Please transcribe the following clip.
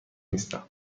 نیستم